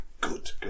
Good